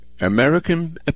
American